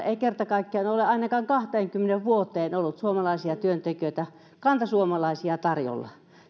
ei kerta kaikkiaan ole ainakaan kahteenkymmeneen vuoteen ollut suomalaisia työntekijöitä kantasuomalaisia tarjolla